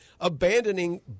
abandoning